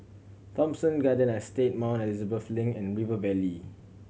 Thomson Garden Estate Mount Elizabeth Link and River Valley